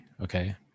Okay